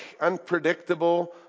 unpredictable